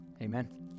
Amen